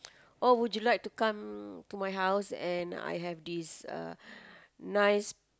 oh would you like to come to my house and I have this uh nice